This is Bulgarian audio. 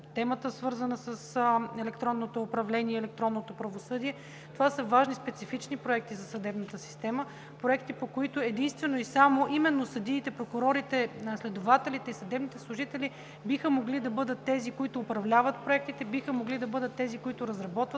темата, свързана с електронното управление, електронното правосъдие – това са важни, специфични проекти за съдебната система, проекти, по които единствено и само именно съдиите, прокурорите, следователите и съдебните служители биха могли да бъдат тези, които управляват проектите, биха могли да бъдат тези, които разработват